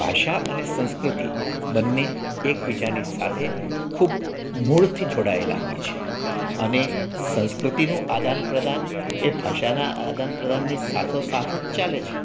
ભાષા અને સંસ્કૃતિ બંને એકબીજાની સાથે ખૂબ મૂળ થી જોડાયેલા હોય છે અને સંસ્કૃતિનું આદાન પ્રદાન એ ભાષાના આદાન પ્રદાનની સાથો સાથ જ ચાલે છે